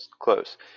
close